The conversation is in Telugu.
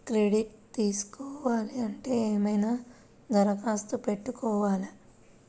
క్రెడిట్ తీసుకోవాలి అంటే ఏమైనా దరఖాస్తు పెట్టుకోవాలా?